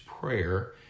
prayer